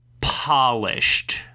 polished